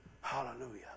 Hallelujah